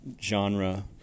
genre